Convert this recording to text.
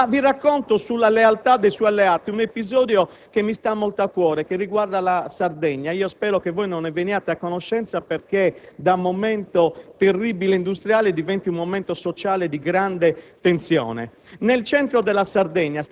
forse tutto il suo entusiasmo verrebbe a scemare. Le racconto, sulla lealtà dei suoi alleati, un episodio che mi sta molto a cuore e che riguarda la Sardegna. Spero che voi non ne veniate a conoscenza perché da momento